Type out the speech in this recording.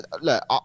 look